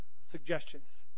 suggestions